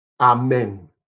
amen